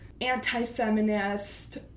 anti-feminist